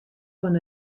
fan